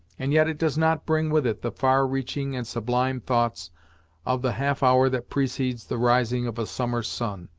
and yet it does not bring with it the far-reaching and sublime thoughts of the half hour that precedes the rising of a summer sun.